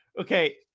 okay